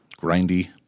grindy